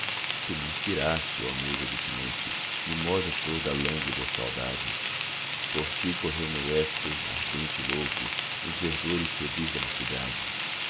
tu minspiraste oh musa do silêncio mimosa flor da lânguida saudade por ti correu meu estro ardente e louco nos verdores febris da mocidade